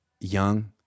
young